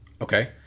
Okay